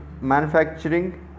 manufacturing